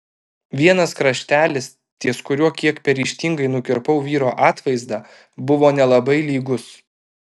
vienas kraštelis ties kuriuo kiek per ryžtingai nukirpau vyro atvaizdą buvo nelabai lygus